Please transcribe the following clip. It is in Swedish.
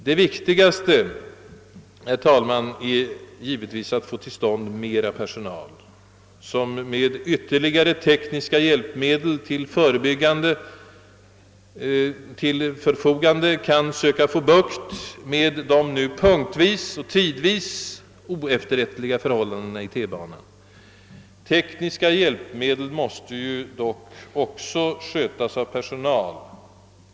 Det viktigaste, herr talman, är dock givetvis att anskaffa mera personal, som med ytterligare tekniska hjälpmedel till förfogande kan söka få bukt med de nu punktvis och tidvis oefterrättliga förhållandena i T-banan. Tekniska hjälpmedel måste dock också skötas av personal.